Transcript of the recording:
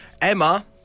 Emma